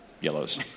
yellows